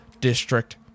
District